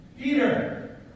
Peter